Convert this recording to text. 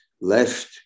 left